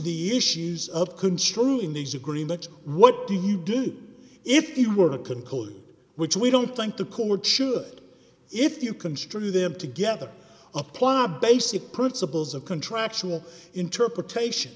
the issues of construe in these agreements what do you do if you were to can code which we don't think the court should if you construe them together apply a basic principles of contractual interpretation